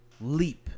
leap